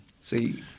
See